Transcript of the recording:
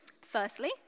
Firstly